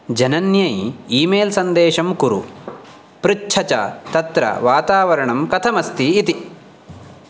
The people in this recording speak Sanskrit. जनन्यै ईमेल् सन्देशं कुरु पृच्छ च तत्र वातावरणं कथमस्ति इति